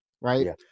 right